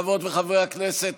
חברות וחברי הכנסת,